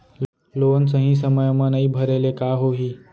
Loan सही समय मा नई भरे ले का होही?